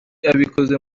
abikoze